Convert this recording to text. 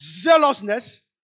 zealousness